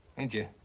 ain't you?